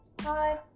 Hi